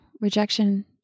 rejection